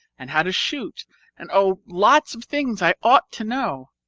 and how to shoot and oh, lots of things i ought to know.